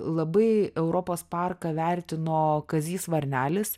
labai europos parką vertino kazys varnelis